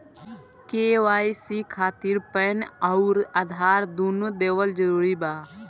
KYC खातिर PAN आउर आधार दुनों देवल जरूरी बा?